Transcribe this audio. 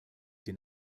den